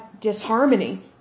disharmony